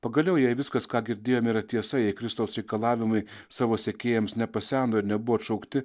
pagaliau jei viskas ką girdėjom yra tiesa jei kristaus reikalavimai savo sekėjams nepaseno ir nebuvo atšaukti